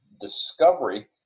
discovery